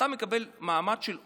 מקבל מעמד של עולה.